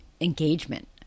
engagement